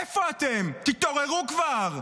איפה אתם, תתעוררו כבר.